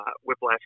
whiplash